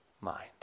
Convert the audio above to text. mind